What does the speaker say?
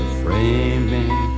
framing